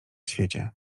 świecie